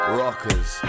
rockers